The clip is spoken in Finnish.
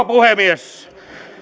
puhemies